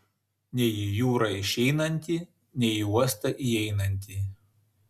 nei į jūrą išeinantį nei į uostą įeinantį